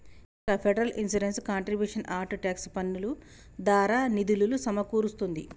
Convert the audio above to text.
Seethakka federal insurance contributions act tax పన్నులు దారా నిధులులు సమకూరుస్తుంది